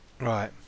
Right